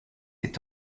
est